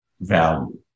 value